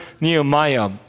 Nehemiah